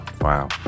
Wow